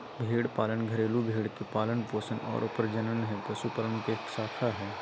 भेड़ पालन घरेलू भेड़ के पालन पोषण आरो प्रजनन हई, पशुपालन के एक शाखा हई